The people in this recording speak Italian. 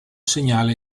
segnale